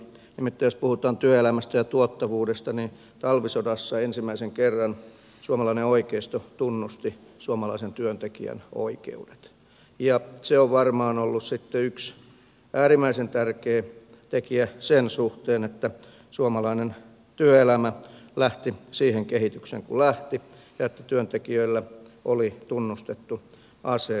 nimittäin jos puhutaan työelämästä ja tuottavuudesta niin talvisodassa ensimmäisen kerran suomalainen oikeisto tunnusti suomalaisen työntekijän oikeudet ja se on varmaan ollut sitten yksi äärimmäisen tärkeä tekijä sen suhteen että suomalainen työelämä lähti siihen kehitykseen kuin lähti ja että työntekijöillä oli tunnustettu asema